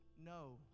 no